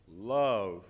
Love